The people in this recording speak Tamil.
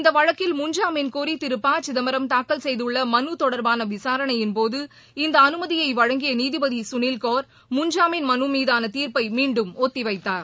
இந்த வழக்கில் முன்ஜாமீன் கோரி திரு ப சிதம்பரம் தாக்கல் செய்துள்ள மனு தொடர்பான விசாரணையின் போது இந்த அனுமதியை வழங்கிய நீதிபதி குனில் கௌர் முன்ஜாமீன் மனு மீதான தீர்ப்பை மீண்டும் ஒத்திவைத்தார்